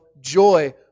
joy